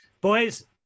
boys